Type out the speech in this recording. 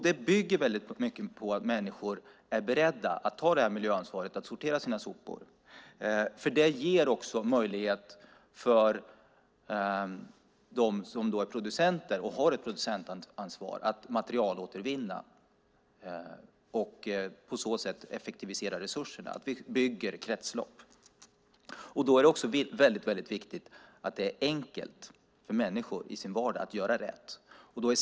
Det bygger väldigt mycket på att människor är beredda att ta miljöansvaret och sortera sina sopor, för det ger också möjlighet för dem som är producenter och har producentansvar att materialåtervinna och på så sätt effektivisera resurserna. Vi bygger kretslopp. Då är det också väldigt viktigt att det är enkelt för människor att göra rätt i sin vardag.